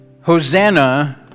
Hosanna